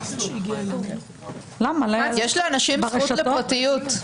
יש לאנשים זכות לפרטיות.